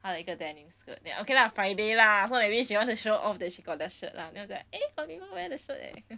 他的一个 denim skirt then okay lah friday lah as least she want to show off that she got that shirt lah then 我就 like eh got people wear the shirt eh